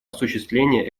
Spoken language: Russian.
осуществления